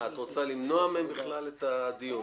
אה, את רוצה למנוע מהם בכלל את הדיון.